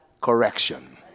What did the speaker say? correction